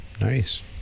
Nice